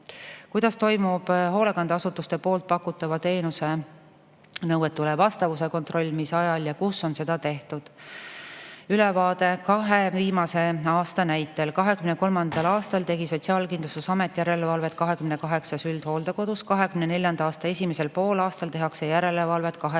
"Kuidas toimub hoolekandeasutuste poolt pakutava teenuse nõuetele vastavuse kontroll? Mis ajal ja kus on seda tehtud?" Ülevaade on kahe viimase aasta näitel. 2023. aastal tegi Sotsiaalkindlustusamet järelevalvet 28 üldhooldekodus. 2024. aasta esimesel poolaastal tehakse järelevalvet 20